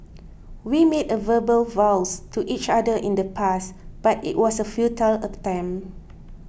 we made a verbal vows to each other in the past but it was a futile attempt